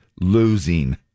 losing